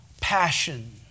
passion